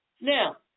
Now